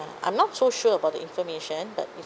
I'm not so sure about the information but